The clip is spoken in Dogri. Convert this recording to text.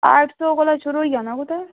अट्ठ सौ कोला शुरू होई जाना